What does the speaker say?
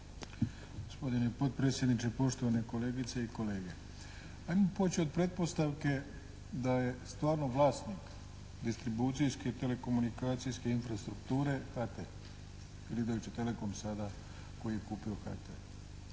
Gospodine potpredsjedniče, poštovane kolegice i kolege. Ajmo poći od pretpostavke da je stvarno vlasnik distribucijske i telekomunikacijske infrastrukture HT ili Deutsche Telecom sada koji je kupio HT.